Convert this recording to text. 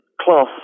class